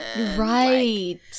Right